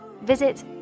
Visit